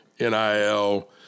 NIL